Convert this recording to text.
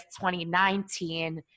2019